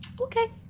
Okay